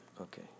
Okay